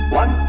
one